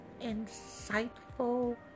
insightful